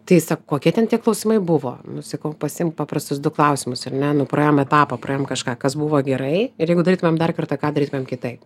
tai sa kokia ten tie klausimai buvo nu sakau pasiimk paprastus du klausimus ar ne nu praėjom etapą praėjom dar kažką kas buvo gerai ir jeigu darytumėm dar kartą ką darytumėm kitaip